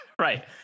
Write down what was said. Right